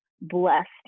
blessed